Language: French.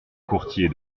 courtier